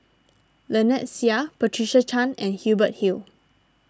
Lynnette Seah Patricia Chan and Hubert Hill